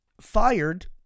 fired